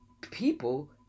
people